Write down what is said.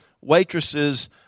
waitresses